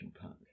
park